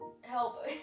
help